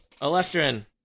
Olestrin